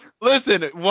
Listen